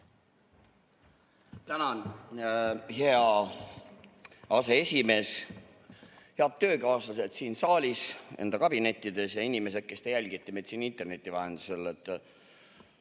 Tänan, hea aseesimees! Head töökaaslased siin saalis, enda kabinettides ja inimesed, kes te jälgite meid interneti vahendusel! Tore